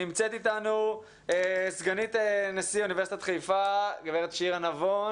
נמצאת אתנו סגנית נשיא אוניברסיטת חיפה גברת שירה נבון